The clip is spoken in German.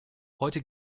heute